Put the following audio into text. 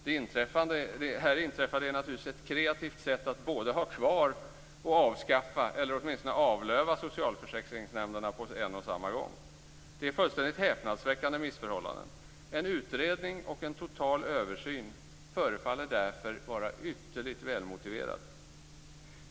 Det inträffade är naturligtvis ett kreativt sätt att både ha kvar och avskaffa eller åtminstone avlöva socialförsäkringsnämnderna på en och samma gång. Detta är fullständigt häpnadsväckande missförhållanden. En utredning och en total översyn förefaller därför vara ytterligt välmotiverad.